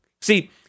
See